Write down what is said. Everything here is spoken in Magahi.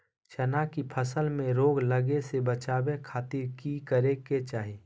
चना की फसल में रोग लगे से बचावे खातिर की करे के चाही?